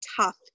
tough